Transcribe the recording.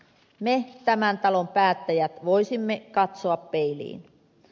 me tämän talon päättäjät voisimme katsoa peiliin